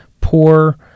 poor